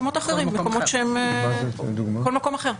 כול מקום אחר.